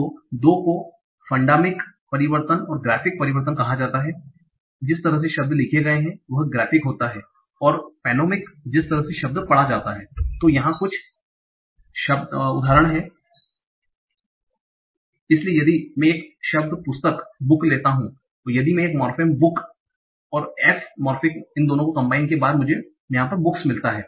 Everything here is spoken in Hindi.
तो दो को फंडामिक fundamic मौलिक परिवर्तन और ग्रेफिक परिवर्तन कहा जाता है जिस तरह से शब्द लिखे गए हैं वह ग्रेफिक होता हैं और फेनोमिक जिस तरह से शब्द पढ़ा जाता है तो यहाँ कुछ उदाहरण हैं इसलिए यदि मैं एक शब्द पुस्तक लेता हूँ और यदि मैं 1 मोर्फेम बूक और एक मोर्फेम s तो इन दोनों को कम्बाइन के बाद मुझे बुक्स मिलता हैं